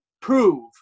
prove